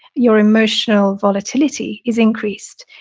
your emotional volatility is increased.